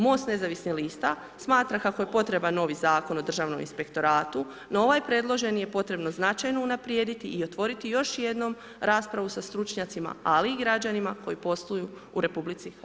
MOST nezavisnih lista smatra kako je potreban novi Zakon o Državnom inspektoratu no ovaj predloženi je potrebno značajno unaprijediti i otvoriti još jednom raspravu sa stručnjacima ali i građanima koji posluju u RH.